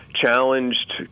challenged